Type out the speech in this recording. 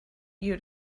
you